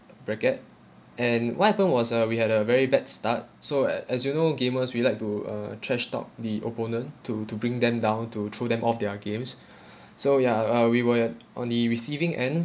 bracket and what happened was uh we had a very bad start so a~ as you know gamers we like to uh thrashed out the opponent to to bring them down to throw them off their games so ya uh we were on the receiving end